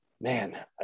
man